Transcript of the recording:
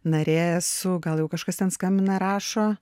narė esu gal jau kažkas ten skambina rašo